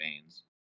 veins